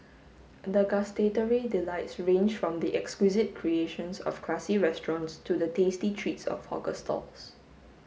the gustatory delights range from the exquisite creations of classy restaurants to the tasty treats of hawker stalls